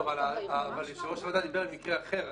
אבל יושב-ראש הוועדה דיבר על מקרה אחר,